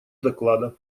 доклада